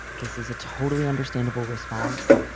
this is a totally understandable response.